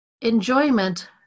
enjoyment